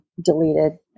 deleted